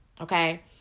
okay